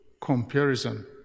comparison